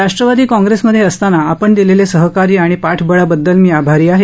राष्ट्रवादी कॉंप्रेसचेमध्ये असताना आपण दिलेले सहकार्य आणि पाठबळाबद्दल मी आभारी आहे